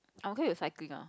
I'm okay with cycling ah